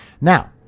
Now